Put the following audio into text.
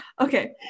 okay